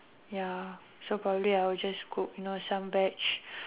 ya so probably I will just cook you know some veg